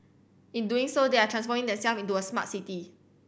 in doing so they are transforming themselves into a smart city